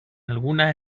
algunas